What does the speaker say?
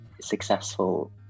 successful